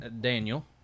Daniel